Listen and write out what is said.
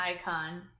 icon